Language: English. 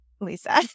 Lisa